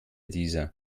dieser